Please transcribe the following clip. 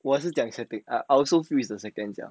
我是讲 second I also feel is the second